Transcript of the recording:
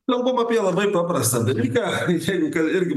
kalbam apie labai paprastą dalyką jeigu kal irgi